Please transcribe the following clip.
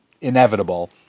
inevitable